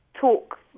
talk